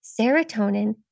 serotonin